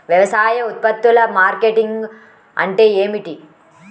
వ్యవసాయ ఉత్పత్తుల మార్కెటింగ్ అంటే ఏమిటి?